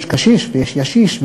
יש קשיש, ויש ישיש,